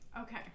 Okay